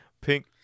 Pink